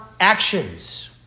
actions